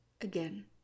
again